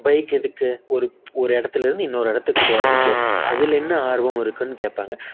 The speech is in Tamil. பைக் எதுக்கு ஒரு ஒரு இடத்துலேருந்து இன்னொரு இடத்துக்கு போகிறதுக்கு அதில் என்ன ஆர்வம் இருக்குன்னு கேட்பாங்க